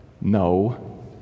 No